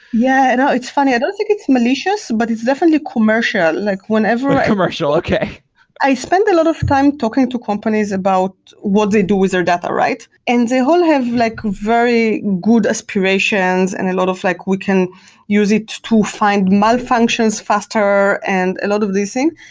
yeah. you know it's funny. i don't think it's malicious, but it's definitely commercial. like whenever commercial. okay i spent a lot of time talking to companies about what they do with their data, and they all have like very good aspirations and a lot of, like, we can use it to find malfunctions faster, and a lot of these things.